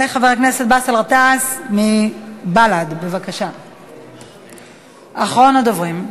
יעלה חבר הכנסת באסל גטאס מבל"ד, אחרון הדוברים.